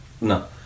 No